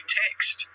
text